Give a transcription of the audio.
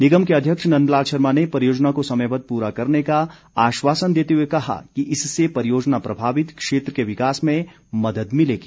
निगम के अध्यक्ष नंदलाल शर्मा ने परियोजना को समयबद्ध पूरा करने का आश्वासन देते हुए कहा कि इससे परियोजना प्रभावित क्षेत्र के विकास में मदद मिलेगी